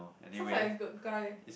sounds like a girl guy